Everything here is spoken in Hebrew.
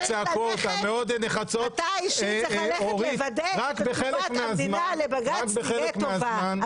אתה אישית צריך לדאוג שתשובת המדינה לבג"ץ תהיה טובה.